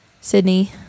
Sydney